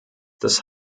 das